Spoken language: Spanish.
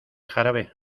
jarabe